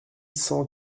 cent